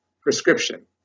prescription